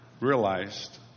realized